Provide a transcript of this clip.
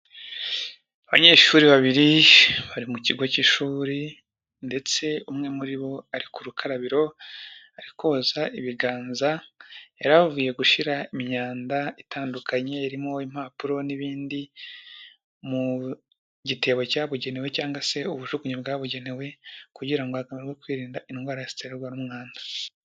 Abanyeshuri babiri bari mu kigo cy'ishuri ndetse umwe muri bo ari ku rukarabiro, ari koza ibiganza, yari avuye gushyira imyanda itandukanye irimo impapuro n'ibindi mu gitebo cyabugenewe cyangwa se ubujugunyiro bwabugenewe kugira ngo hagabanywe kwirinda indwara ziterwa n'umwanda.